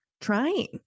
trying